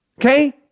Okay